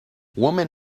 woman